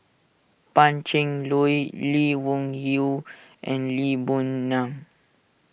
Pan Cheng Lui Lee Wung Yew and Lee Boon Ngan